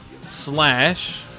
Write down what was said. slash